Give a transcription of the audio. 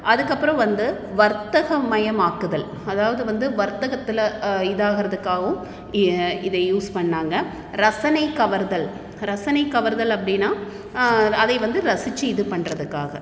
அதுக்கப்பறம் வந்து வர்த்தக மையம் ஆக்குதல் அதாவது வந்து வர்த்தகத்தில் இதாகுறதுக்காகவும் இதை யூஸ் பண்ணாங்க ரசனை கவர்தல் ரசனை கவர்தல் அப்படின்னா அதை வந்து ரசிச்சு இது பண்ணுறதுக்காக